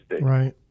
Right